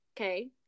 Okay